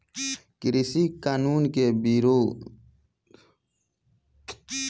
कृषि कानून के खिलाफ़ किसान के विरोध आज कई महिना से चालू बाटे